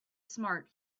smart